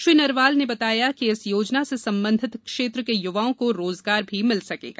श्री नरवाल ने बताया कि इस योजना से संबंधित क्षेत्र के युवाओं को रोजगार भी मिल सकेगा